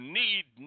need